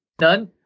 None